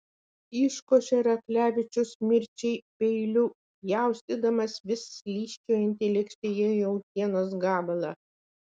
iškošė raklevičius nirčiai peiliu pjaustydamas vis slysčiojantį lėkštėje jautienos gabalą